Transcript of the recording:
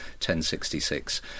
1066